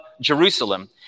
Jerusalem